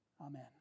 Amen